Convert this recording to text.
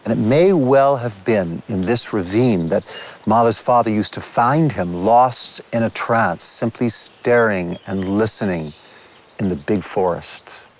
and it may well have been in this ravine that mahler's father used to find him lost in a trance, simply staring and listening in the big forest.